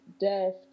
death